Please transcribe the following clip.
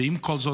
ועם כל זאת,